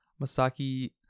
Masaki